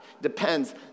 depends